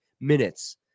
minutes